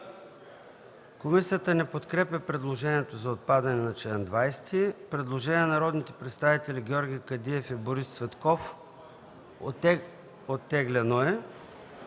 Комисията не подкрепя предложението за отпадането на чл. 20. Предложение от народните представители Георги Кадиев и Борис Цветков. Оттеглено е.